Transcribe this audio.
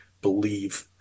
believe